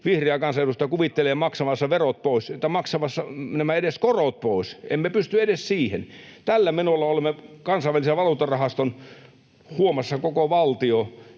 vihreä kansanedustaja maksavansa edes nämä korot pois? Emme pysty edes siihen. Tällä menolla olemme Kansainvälisen valuuttarahaston huomassa koko valtio,